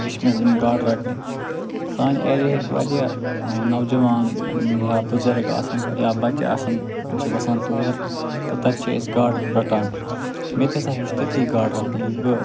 ہیٚچھ مےٚ یِم گاڈٕ رَٹنہِ سانہِ ایریاہٕکۍ واریاہ نوجوان یا بُزرگ آسَن یا بچہٕ آسَن تِم چھِ وَسان تور تہٕ تَتہِ چھِ أسۍ گاڈٕ رَٹان مےٚ تہِ ہسا ہیٚچھ تٔتی گاڈٕ رَٹنہِ ییٚلہِ بہٕ